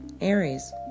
Aries